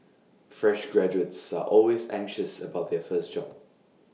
fresh graduates are always anxious about their first job